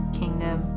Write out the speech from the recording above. kingdom